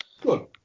good